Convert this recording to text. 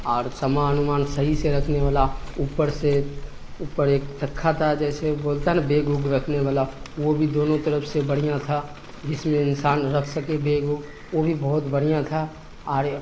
اور سامان ومان صحیح سے رکھنے والا اوپر سے اوپر ایک تکھا تھا جیسے بولتا نا بیگ ووگ رکھنے والا وہ بھی دونوں طرف سے بڑھیا تھا جس میں انسان رکھ سکے بیگ ووگ وہ بھی بہت بڑھیا تھا اور